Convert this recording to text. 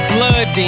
Blood